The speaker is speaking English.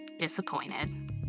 disappointed